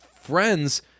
friends